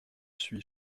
suis